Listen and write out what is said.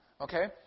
okay